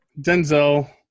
Denzel